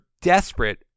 desperate